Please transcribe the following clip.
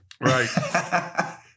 Right